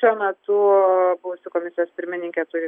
šiuo metu buvusi komisijos pirmininkė turi